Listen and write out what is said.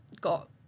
got